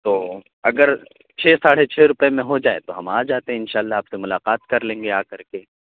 تو اگر چھ ساڑھے چھ روپئے میں ہو جائے تو ہم آ جاتے ہیں ان شاء اللہ آپ سے ملاقات کر لیں گے آ کر کے